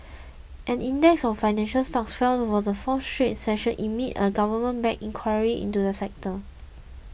an index of financial stocks fell for the fourth straight session amid a government backed inquiry into the sector